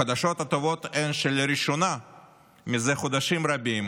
החדשות הטובות הן שלראשונה זה חודשים רבים